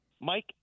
Mike